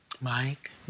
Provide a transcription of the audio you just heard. Mike